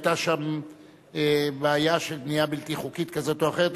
היתה שם בעיה של בנייה בלתי חוקית כזאת או אחרת.